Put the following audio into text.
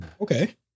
okay